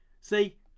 See